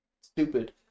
stupid